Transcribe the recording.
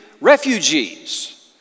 refugees